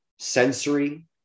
sensory